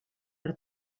per